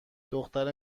دختره